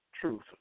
truth